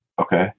Okay